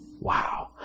Wow